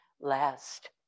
last